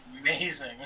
Amazing